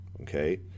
okay